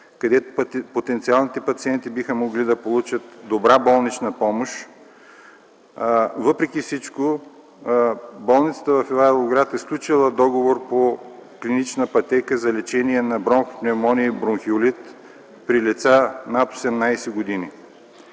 където потенциалните пациенти биха могли да получат добра болнична помощ, въпреки всичко болницата в Ивайловград е сключила договор по клинична пътека за лечение на бронхопневмония и бронхеолит при лица над 18 г.